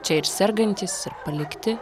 čia ir sergantys ir palikti